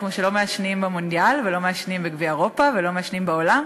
כמו שלא מעשנים במונדיאל ולא מעשנים בגביע אירופה ולא מעשנים בעולם,